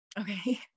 Okay